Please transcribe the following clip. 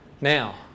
Now